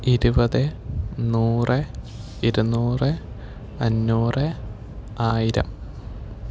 ഇരുപത് നൂറ് ഇരുനൂറ് അഞ്ഞൂറ് ആയിരം